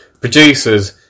Producers